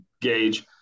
gauge